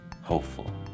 Hopeful